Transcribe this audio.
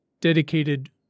dedicated